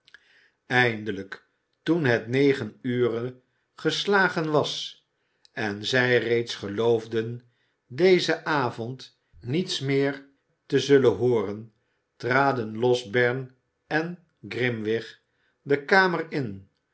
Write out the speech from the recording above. eindelijk toen het negen ure geslagen was en zij reeds geloofden dezen avond niets meer te zullen hooren traden losberne en grimwig de kamer in